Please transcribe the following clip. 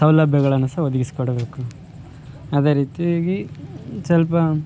ಸೌಲಭ್ಯಗಳನ್ನು ಸಹ ಒದಗಿಸಿ ಕೊಡಬೇಕು ಅದೇ ರೀತಿಯಾಗಿ ಸ್ವಲ್ಪ